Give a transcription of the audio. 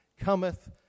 cometh